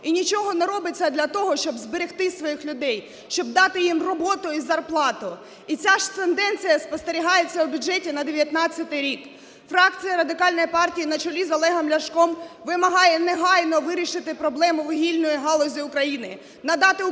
і нічого не робиться для того, щоб зберегти своїх людей, щоб дати їм роботу і зарплату. І ця ж тенденція спостерігається у бюджеті на 2019 рік. Фракція Радикальної партії на чолі з Олегом Ляшком вимагає негайно вирішити проблему вугільної галузі України, надати українським